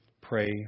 pray